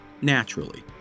naturally